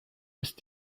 ist